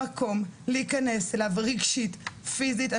מקום להיכנס אליו רגשית ופיזית.